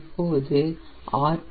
இப்போது ஆர்